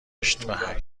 هشت